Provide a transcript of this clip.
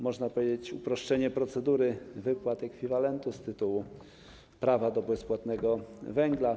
Można wspomnieć o uproszczeniu procedury wypłat ekwiwalentu z tytułu prawa do bezpłatnego węgla.